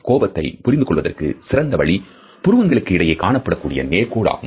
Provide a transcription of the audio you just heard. கோபத்தை புரிந்து கொள்வதற்கு சிறந்த வழி புருவங்களுக்கு இடையே காணப்படக்கூடிய நேர்கோடு ஆகும்